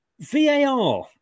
VAR